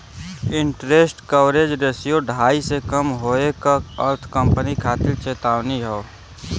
interest coverage ratio ढाई से कम होये क अर्थ कंपनी खातिर चेतावनी हौ